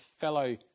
fellow